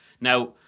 Now